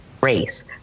race